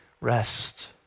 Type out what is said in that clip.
rest